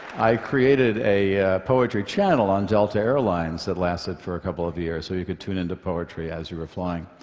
i created a poetry channel on delta airlines that lasted for a couple of years. so you could tune into poetry as you were flying.